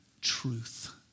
truth